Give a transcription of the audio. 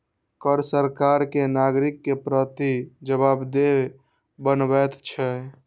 कर सरकार कें नागरिक के प्रति जवाबदेह बनबैत छै